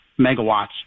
megawatts